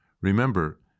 Remember